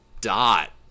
dot